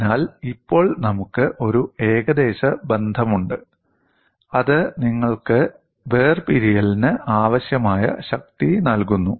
അതിനാൽ ഇപ്പോൾ നമുക്ക് ഒരു ഏകദേശ ബന്ധമുണ്ട് അത് നിങ്ങൾക്ക് വേർപിരിയലിന് ആവശ്യമായ ശക്തി നൽകുന്നു